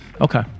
okay